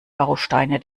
bausteine